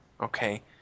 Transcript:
okay